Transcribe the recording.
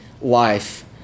life